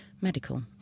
medical